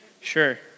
sure